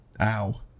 Ow